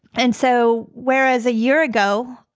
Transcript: and so whereas a year ago,